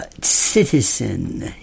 Citizen